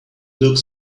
look